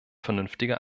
vernünftiger